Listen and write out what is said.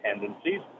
tendencies